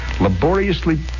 laboriously